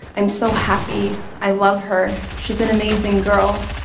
i'm so happy. i love her. she's an amazing girl.